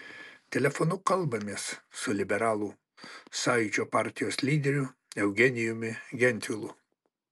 telefonu kalbamės su liberalų sąjūdžio partijos lyderiu eugenijumi gentvilu